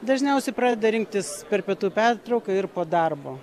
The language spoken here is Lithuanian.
dažniausiai pradeda rinktis per pietų pertrauką ir po darbo